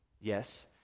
Yes